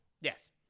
Yes